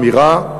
תמירה,